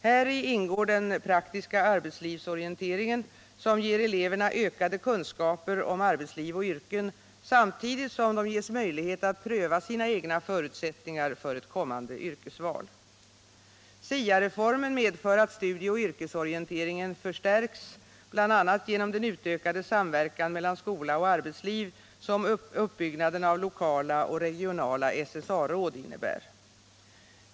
Häri ingår den praktiska arbetslivsorienteringen, som ger eleverna ökade kunskaper om arbetsliv och yrken samtidigt som de ges möjlighet att pröva sina egna förutsättningar för ett kommande yrkesval. SIA-reformen medför att studieoch yrkesorienteringen förstärks, bl.a. genom den utökade samverkan mellan skola och arbetsliv som uppbyggnaden av lokala och regionala SSA-råd innebär.